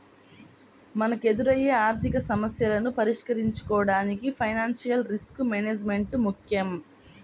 మనకెదురయ్యే ఆర్థికసమస్యలను పరిష్కరించుకోడానికి ఫైనాన్షియల్ రిస్క్ మేనేజ్మెంట్ ముక్కెం